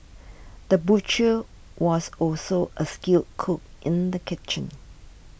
the butcher was also a skilled cook in the kitchen